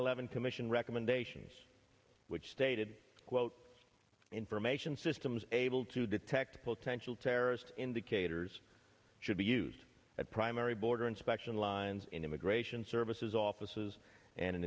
eleven commission recommendations which stated quote information systems able to detect potential terrorist indicators should be used at primary border inspection lines in immigration services offices and